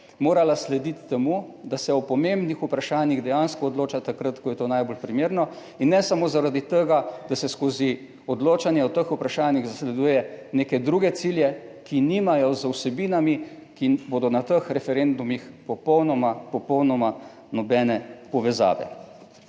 morala slediti temu, da se o pomembnih vprašanjih dejansko odloča takrat, ko je to najbolj primerno in ne samo zaradi tega, da se skozi odločanje o teh vprašanjih zasleduje neke druge cilje, ki nimajo z vsebinami, ki bodo na teh referendumih, popolnoma, popolnoma nobene povezave.